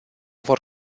vor